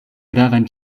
gravan